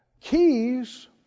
Keys